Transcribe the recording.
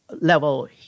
level